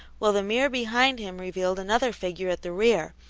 while the mirror behind him revealed another figure at the rear,